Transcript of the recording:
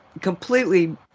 completely